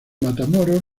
matamoros